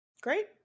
Great